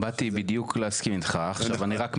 באתי בדיוק להסכים איתך עכשיו אני רק מסייג.